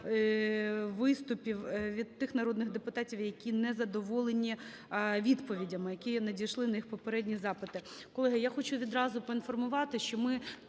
виступів від тих народних депутатів, які не задоволені відповідями, які надійшли на їх попередні запити.